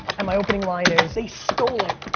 and my opening line is, they stole it.